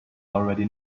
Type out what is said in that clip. already